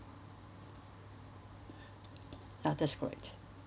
ya that's correct